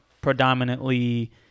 predominantly